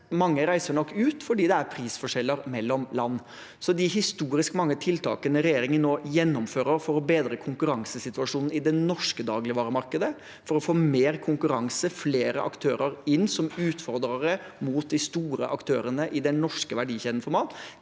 Mange reiser nok ut fordi det er prisforskjeller mellom land. De historisk mange tiltakene regjeringen nå gjennomfører for å bedre konkurransesituasjonen i det norske dagligvaremarkedet, for å få mer konkurranse og flere aktører inn som utfordrere til de store aktørene i den norske verdikjeden for mat,